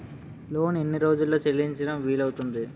Loan ఎన్ని రోజుల్లో చెల్లించడం వీలు అవుతుంది?